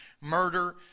murder